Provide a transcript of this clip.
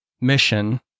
mission